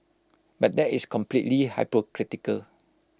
but that is completely hypocritical